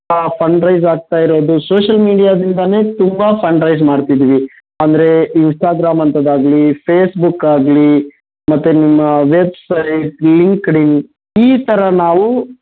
ಆ fund raise ಆಗ್ತಾಯಿರೋದು social ಮೀಡಿಯಾದಿಂದಾನೆ ತುಂಬ ಫಂಡ್ ರೈಸ್ ಮಾಡ್ತಿದ್ದೀವಿ ಅಂದರೆ ಇನ್ಸ್ಟಾಗ್ರಾಮ್ ಅಂಥದ್ದಾಗಲಿ ಫೇಸ್ಬುಕ್ ಆಗಲಿ ಮತ್ತು ನಿಮ್ಮ ವೆಬ್ಸೈಟ್ ಲಿಂಕ್ಡ್ಇನ್ ಈ ಥರ ನಾವು